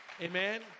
amen